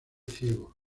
ciego